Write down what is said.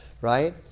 right